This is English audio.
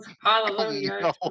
Hallelujah